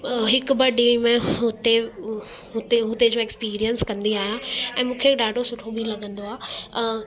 हिकु ॿ ॾींहुं में हुते हुते हुते जो एक्सपीरियंस कंदी आहियां ऐं मूंखे ॾाढो सुठो बि लॻंदो आहे